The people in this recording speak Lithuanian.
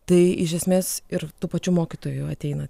tai iš esmės ir tų pačių mokytojų ateina